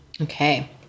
Okay